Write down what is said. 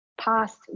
past